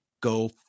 go